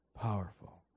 Powerful